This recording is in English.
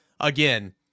Again